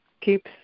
keeps